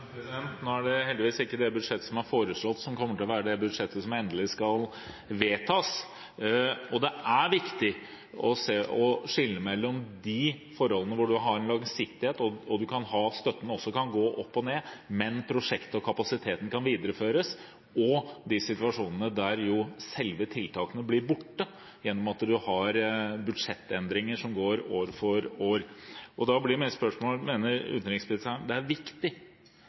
er heldigvis ikke det budsjettet som er foreslått, som kommer til å være det budsjettet som endelig skal vedtas. Det er viktig å skille mellom de forholdene hvor en har en langsiktighet – støtten kan gå opp og ned, men prosjektet og kapasiteten kan videreføres – og de situasjonene der selve tiltakene blir borte, gjennom at en har budsjettendringer år for år. Da blir mitt spørsmål: Mener utenriksministeren det er viktig